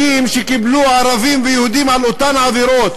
שקיבלו ערבים ויהודים על אותן עבירות,